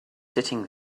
sitting